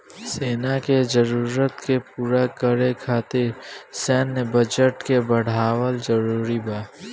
सेना के जरूरत के पूरा करे खातिर सैन्य बजट के बढ़ावल जरूरी बा